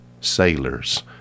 sailors